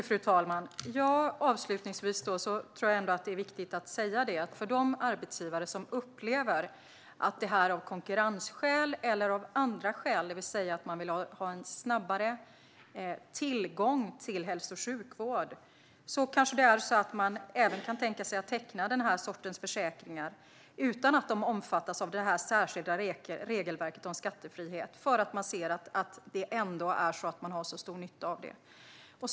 Fru talman! Avslutningsvis tror jag ändå att det är viktigt att säga att de arbetsgivare som upplever att det finns konkurrensskäl eller andra skäl, det vill säga att man vill ha en snabbare tillgång till hälso och sjukvård, kanske kan tänka sig att teckna denna sorts försäkringar utan att de omfattas av det särskilda regelverket om skattefrihet. De kanske ser att de ändå har stor nytta av detta.